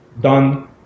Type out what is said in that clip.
done